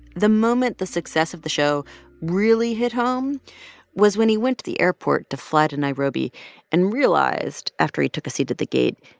the moment the success of the show really hit home was when he went to the airport to fly to nairobi and realized, after he took a seat at the gate,